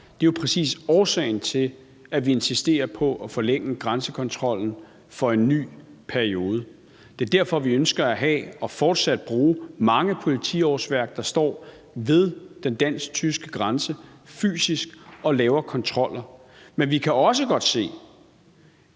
er det jo præcis årsagen til, at vi insisterer på at forlænge grænsekontrollen for en ny periode. Det er derfor, vi ønsker at have og fortsat bruge mange politiårsværk, der står ved den dansk-tyske grænse fysisk og laver kontroller. Men vi kan også godt se,